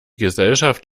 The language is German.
gesellschaft